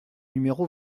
numéro